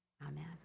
Amen